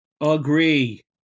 Agree